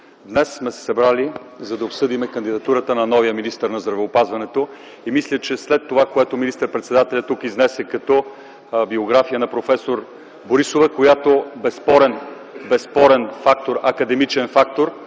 Днес сме се събрали, за да обсъдим кандидатурата на новия министър на здравеопазването. Мисля, че след това, което министър - председателят изнесе тук като биография на проф. Борисова, която е безспорен академичен фактор